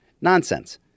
Nonsense